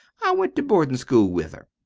went to boardin'-school with her.